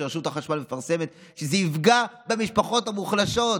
שרשות החשמל מפרסמת שזה יפגע במשפחות המוחלשות.